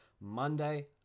monday